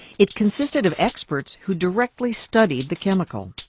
it consisted of experts who directly studied the chemical.